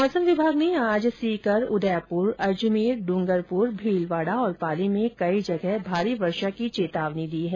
मौसम विभाग ने आज सीकर उदयपुर अजमेर डूंगरपुर भीलवाडा और पाली में कई जगह भारी वर्षा की चेतावनी जारी की है